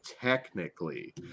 Technically